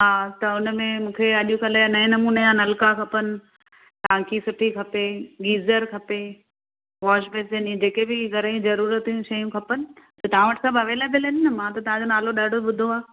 हा त उन में मूंखे अॼुकल्ह जा नए नमूने जा नलका खपनि टांकी सुठी खपे गीज़र खपे वाशबेसिन इहे जेके बि घर जूं ज़रूरत जूं शयूं खपनि त तव्हां वटि सभु अवेलेबल आहिनि न मां तव्हांजो नालो त ॾाढो ॿुधो आहे